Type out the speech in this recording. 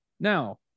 Now